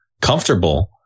comfortable